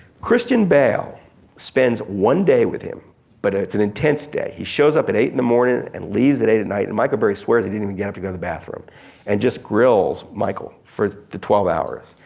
christian bale spends one day with him but it's an intense day. he shows up at eight in the morning and leaves at eight at night and michael burry swears he didn't even get up to go to the bathroom and just grills michael for the twelve hours.